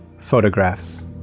photographs